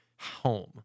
home